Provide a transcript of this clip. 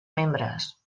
membres